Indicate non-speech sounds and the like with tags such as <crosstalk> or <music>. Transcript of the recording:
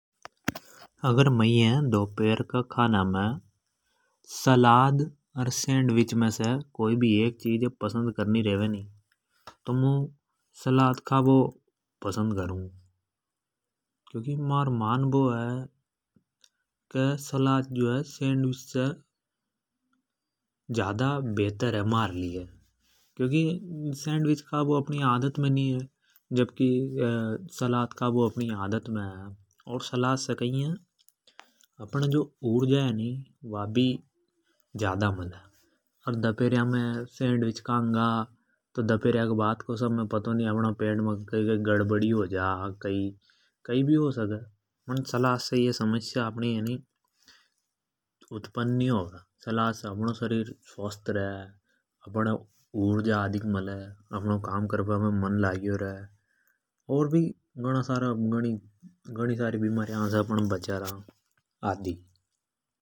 अगर मे दोपहर का खाना मे सलाद अर सैंडविच मै से कोई एक चिज अ पसंद करनी रेवे तो मुं सलाद खाबो पसंद करूँ। क्योंकि महारो मान बो है की सलाद खाबो ज्यादा बेहतर है। म्हार लिए क्योंकि सैंडविच खाबो अपनि आदत मे नि है। जबकि सलाध खाबो अपनि आदत मे है। अर सलाद से कई है की जो ऊर्जा है नि वा भी ज्यादा मले। अर दपेहरया मे सैंडविच खांगा तो कई पतो अपने पेट मे <hesitation> कई कई गड़बड़ी हो जा। कई पण सलाद से ये समस्या उत्पन्न नि होवे। सलाद से अपनो शरीर स्वस्थ रे अपण है ऊर्जा अधिक मले। अपनो काम करबा मे मन लाग्यो रे और भी घना सारा घणी सारी बीमारिया से अपण बचारा आदि।